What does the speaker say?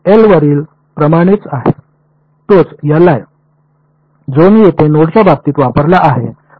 L वरील प्रमाणेच आहे तोच Li जो मी येथे नोडच्या बाबतीत वापरला आहे